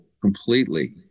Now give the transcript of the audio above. completely